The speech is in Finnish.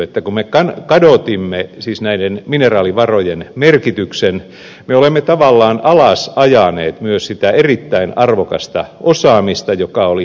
kun me kadotimme näiden mineraalivarojen merkityksen me myös tavallaan ajoimme alas sitä erittäin arvokasta osaamista joka oli hankittu